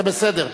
זה בסדר.